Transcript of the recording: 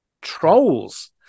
Trolls